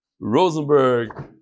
Rosenberg